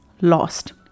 lost